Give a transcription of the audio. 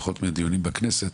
פחות מדיונים בכנסת.